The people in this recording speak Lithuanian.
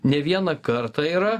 ne vieną kartą yra